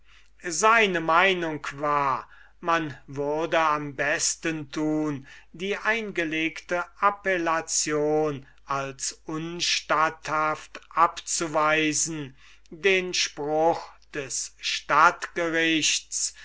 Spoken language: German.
seine meinung war man würde am besten tun die eingelegte appellation als unstatthaft abzuweisen den spruch des